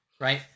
Right